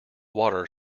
water